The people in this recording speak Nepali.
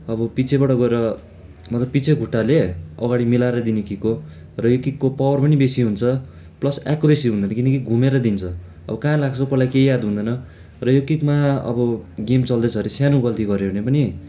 अब पछिबाट गएर मतलब पछि खुट्टाले अगाडि मिलाएर दिने किक् हो र यो किकको पावर पनि बेसी हुन्छ प्लस एक्युरेसी हुँदैन किनकि घुमेर दिन्छ अब कहाँ लाग्छ कसलाई केही याद हुँदैन र यो किकमा अब गेम चल्दैछ अरे सानो गल्ती गर्यो भने पनि